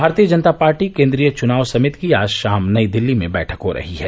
भारतीय जनता पार्टी केंद्रीय चुनाव समिति की आज शाम नई दिल्ली में बैठक हो रही है